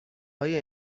های